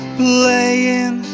playing